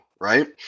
Right